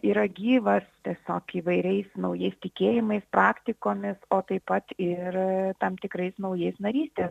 yra gyvas tiesiog įvairiais naujais tikėjimais praktikomis o taip pat ir tam tikrais naujais narystės